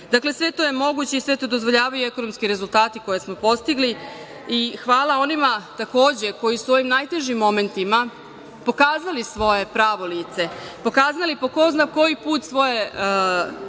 sve to je moguće i sve to dozvoljavaju i ekonomski rezultati koje smo postigli i hvala onima, takođe, koji su u ovim najtežim momentima pokazali svoje pravo lice, pokazali po ko zna koji put svoje